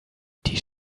die